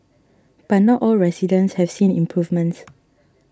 but not all residents have seen improvements